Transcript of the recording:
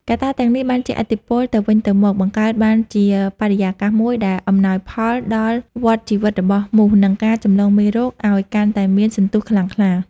កត្តាទាំងនេះបានជះឥទ្ធិពលទៅវិញទៅមក បង្កើតបានជាបរិយាកាសមួយដែលអំណោយផលដល់វដ្តជីវិតរបស់មូស និងការចម្លងមេរោគឱ្យកាន់តែមានសន្ទុះខ្លាំងក្លា។